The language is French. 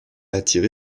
attiré